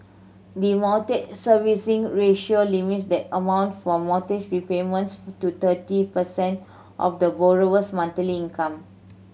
the Mortgage Servicing Ratio limits the amount for mortgage repayments to thirty percent of the borrower's monthly income